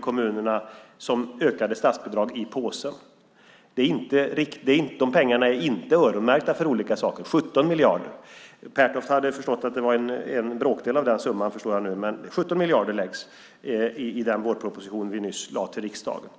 kommunerna 17 miljarder i ökade statsbidrag i påsen. Dessa 17 miljarder är inte öronmärkta för olika saker. Jag förstår nu att Mats Pertoft trodde att det handlade om en bråkdel av den summan. Men 17 miljarder är det som föreslås i vårpropositionen som nyligen lades fram i riksdagen.